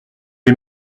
est